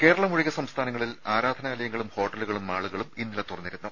കേരളമൊഴികെ സംസ്ഥാനങ്ങളിൽ ആരാധനാലയങ്ങളും ഹോട്ടലുകളും മാളുകളും ഇന്നലെ തുറന്നിരുന്നു